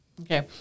Okay